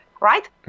right